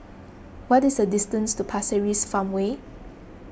what is the distance to Pasir Ris Farmway